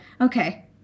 Okay